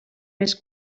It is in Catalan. més